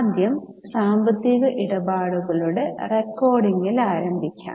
ആദ്യം സാമ്പത്തിക ഇടപാടുകളുടെ റെക്കോർഡിംഗിൽ ആരംഭിക്കാം